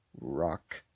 rock